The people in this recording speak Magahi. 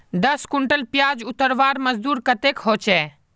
दस कुंटल प्याज उतरवार मजदूरी कतेक होचए?